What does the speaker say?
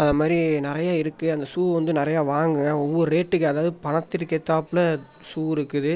அதை மாதிரி நிறையா இருக்குது அந்த ஷூவ் வந்து நிறையா வாங்குங்க ஒவ்வொரு ரேட்டுக்கு அதாவது பணத்திற்க்கேத்தாப்புல ஷூ இருக்குது